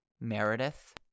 Meredith